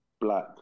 Black